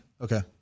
Okay